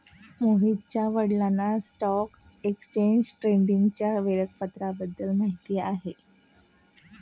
मोहितच्या वडिलांना stock exchange ट्रेडिंगच्या वेळापत्रकाबद्दल माहिती आहे